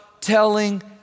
telling